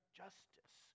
justice